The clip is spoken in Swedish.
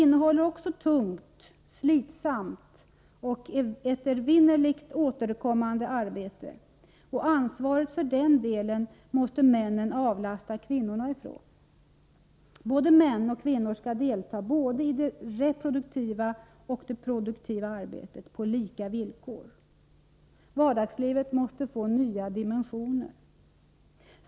Men det är också tungt, slitsamt och evinnerligt återkommande. När det gäller ansvaret i det avseendet måste männen avlasta kvinnorna. Både män och kvinnor skall delta i såväl det reproduktiva som det produktiva arbetet på lika villkor. Vardagslivet måste få nya dimensioner.